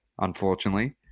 unfortunately